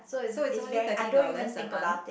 so its only thirty dollars a month